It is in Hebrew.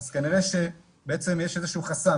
אז כנראה שבעצם יש איזה שהוא חסם,